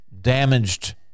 damaged